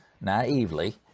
naively